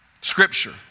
Scripture